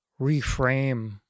reframe